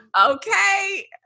Okay